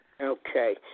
Okay